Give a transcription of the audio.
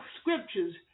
scriptures